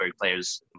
players